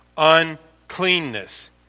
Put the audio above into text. Uncleanness